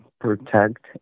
Protect